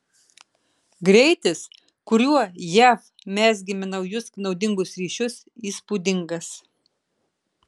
greitis kuriuo jav mezgėme naujus naudingus ryšius įspūdingas